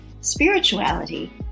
spirituality